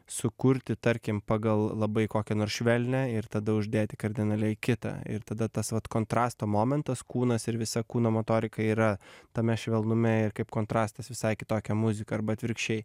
sukurti tarkim pagal labai kokią nors švelnią ir tada uždėti kardinaliai kitą ir tada tas vat kontrasto momentas kūnas ir visa kūno motorika yra tame švelnume ir kaip kontrastas visai kitokia muzika arba atvirkščiai